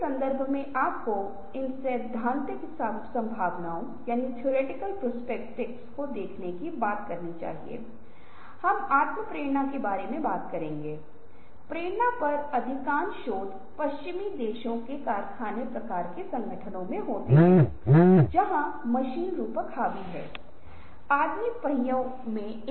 इसलिए इन हितधारकों को इसमें शामिल करना और यह करने से हम क्या करेंगे और की हम सीमित जानकारी को दूर करेंगे क्योंकि जब बहुत से लोग इकट्ठा होते हैं तो कुछ लोग विपणन से संभावित जानकारी प्रदान करेंगे